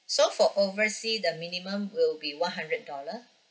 so for oversea the minimum will be one hundred dollar